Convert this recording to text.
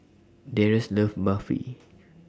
Darrius loves Barfi